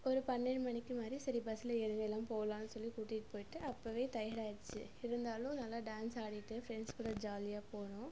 ஒரு பன்னெரெண்டு மணிக்கு மாதிரி சரி பஸ்ஸில் ஏறுங்க எல்லாம் போகலாம்னு சொல்லி கூட்டிகிட்டு போயிட்டு அப்போவே டயர்டாயிடுச்சி இருந்தாலும் நல்லா டான்ஸ் ஆடிக்கிட்டு ஃப்ரெண்ட்ஸ் கூட ஜாலியாக போனோம்